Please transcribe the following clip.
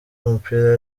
umupira